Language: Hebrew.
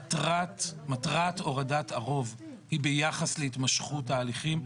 מטרת הורדת הרוב היא ביחס להתמשכות ההליכים,